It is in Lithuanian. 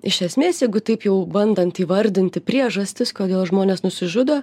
iš esmės jeigu taip jau bandant įvardinti priežastis kodėl žmonės nusižudo